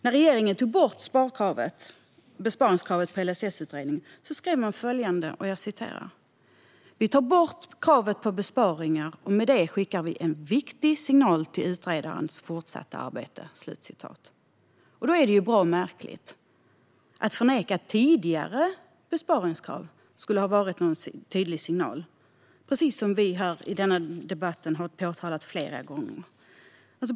När regeringen tog bort besparingskravet i LSS-utredningen skrev man följande: "Vi tar bort kravet på besparingar och med det skickar vi en viktig signal till utredarens fortsatta arbete." Då är det väl bra märkligt att förneka att tidigare besparingskrav skulle ha varit en tydlig signal, precis som vi i debatten har påtalat flera gånger.